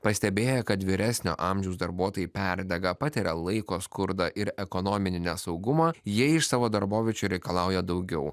pastebėję kad vyresnio amžiaus darbuotojai perdega patiria laiko skurdą ir ekonominį nesaugumą jie iš savo darboviečių reikalauja daugiau